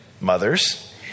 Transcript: mothers